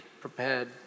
prepared